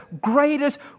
greatest